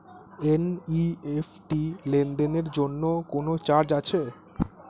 NEFT লেনদেনের জন্য কোন চার্জ আছে?